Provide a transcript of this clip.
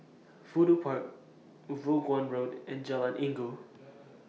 Fudu Park Vaughan Road and Jalan Inggu